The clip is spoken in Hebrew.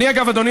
אני, אגב, אדוני